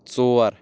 ژور